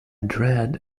dread